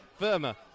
Verma